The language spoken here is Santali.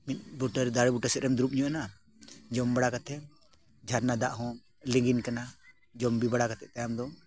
ᱢᱤᱫ ᱵᱩᱴᱟᱹ ᱨᱮ ᱫᱟᱨᱮ ᱵᱩᱴᱟᱹ ᱥᱮᱫ ᱨᱮᱢ ᱫᱩᱲᱩᱵ ᱧᱚᱜ ᱮᱱᱟ ᱡᱚᱢ ᱵᱟᱲᱟ ᱠᱟᱛᱮᱫ ᱡᱷᱟᱨᱱᱟ ᱫᱟᱜ ᱦᱚᱸ ᱞᱮᱝᱜᱤᱱ ᱠᱟᱱᱟ ᱡᱚᱢ ᱵᱤ ᱵᱟᱲᱟ ᱠᱟᱛᱮᱫ ᱛᱟᱭᱚᱢ ᱫᱚ